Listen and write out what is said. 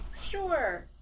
Sure